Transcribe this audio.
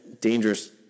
dangerous